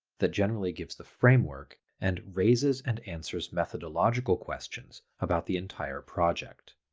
that generally gives the framework and raises and answers methodological questions about the entire project.